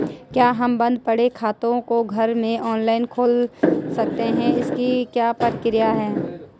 क्या हम बन्द पड़े खाते को घर में ऑनलाइन खोल सकते हैं इसकी क्या प्रक्रिया है?